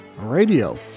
radio